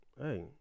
Hey